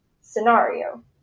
scenario